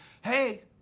hey